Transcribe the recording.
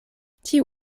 tiu